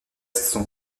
son